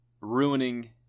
ruining